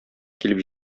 килеп